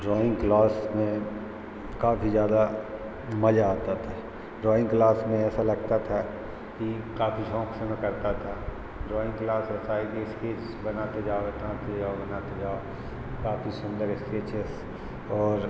drawing class में काफ़ी ज़्यादा मज़ा आता था ड्रॉइंग क्लास में ऐसा लगता था कि काफ़ी शौक़ से मैं करता था ड्रॉइंग क्लास ऐसा है कि इस्केच बनाते जाओ बनाते जाओ बनाते जाओ काफ़ी सुंदर इस्केचेस और